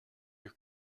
your